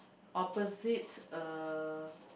opposite uh